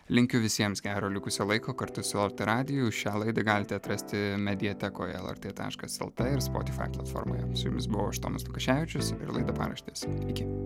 linkiu visiems gero likusio laiko kartu su lrt radiju šią laidą galite atrasti mediatekoje lrt taškas lt spotify platformoje su jumis buvo aš tomas lukaševičius ir laida paraštės iki